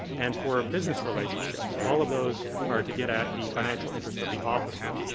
and for business relationships, all of those are to get at the financial interests of the officer,